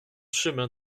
chemin